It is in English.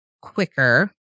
quicker